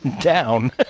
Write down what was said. Down